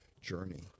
journey